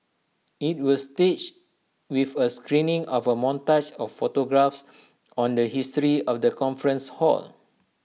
IT will staged with A screening of A montage of photographs on the history of the conference hall